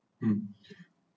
um